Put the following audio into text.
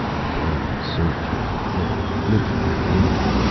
flames surged around the lift, licking at the wounded.